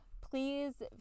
please